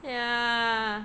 yeah